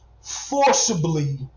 forcibly